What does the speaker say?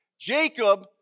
Jacob